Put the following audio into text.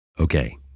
Okay